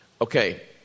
Okay